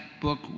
book